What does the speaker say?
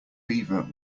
beaver